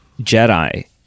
Jedi